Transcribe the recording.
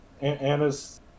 Anna's